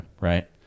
Right